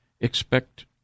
expect